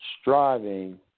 striving